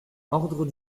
ordre